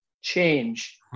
change